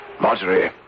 marjorie